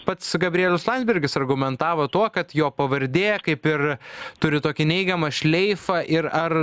pats gabrielius landsbergis argumentavo tuo kad jo pavardė kaip ir turi tokį neigiamą šleifą ir ar